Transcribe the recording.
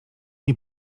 nie